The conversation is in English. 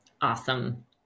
Awesome